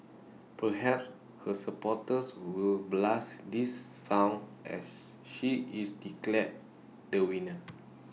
perhaps her supporters will blast this song as she is declared the winner